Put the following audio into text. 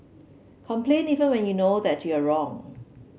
complain even when you know that you are wrong